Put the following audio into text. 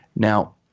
Now